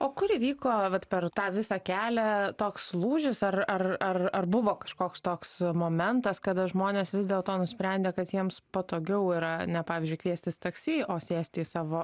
o kur įvyko vat per tą visą kelią toks lūžis ar ar ar ar buvo kažkoks toks momentas kada žmonės vis dėlto nusprendė kad jiems patogiau yra ne pavyzdžiui kviestis taksi o sėsti į savo